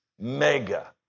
mega